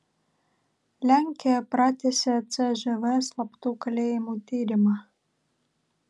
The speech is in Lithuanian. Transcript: lenkija pratęsė cžv slaptų kalėjimų tyrimą